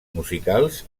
musicals